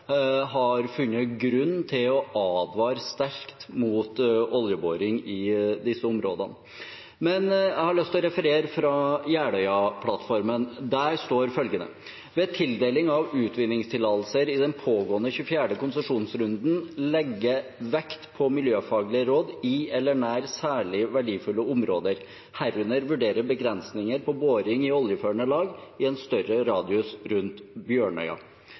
har funnet grunn til å advare sterkt mot oljeboring i disse områdene. Jeg har lyst til å referere fra Jeløya-plattformen. Der står det følgende: «Ved tildeling av utvinningstillatelser i den pågående 24. konsesjonsrunden, legge vekt på miljøfaglige råd i eller nær særlig verdifulle områder , herunder vurdere begrensninger på boring i oljeførende lag i en større radius rundt Bjørnøya.»